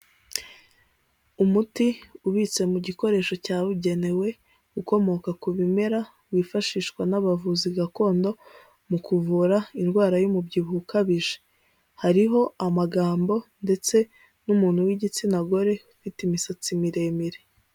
Umuti ubitse mu gikoresho cyabugenewe ukomoka ku bimera wifashishwa n'abavuzi gakondo mu kuvura indwara y'umubyibuho ukabije, hariho amagambo ndetse n'umuntu w'igitsina gore ufite imisatsi miremire.